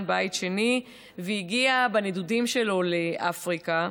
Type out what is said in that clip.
בית שני והגיע בנדודים שלו לאפריקה.